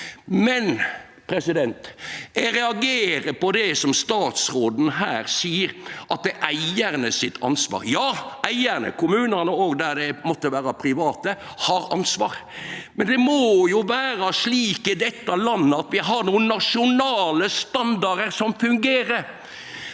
det heilt, men eg reagerer på det statsråden her seier om at det er eigarane som har ansvaret. Ja, eigarane, kommunane og der det måtte vere private, har ansvar, men det må jo vere slik i dette landet at vi har nokre nasjonale standardar som fungerer.